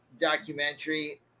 documentary